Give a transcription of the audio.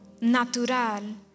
natural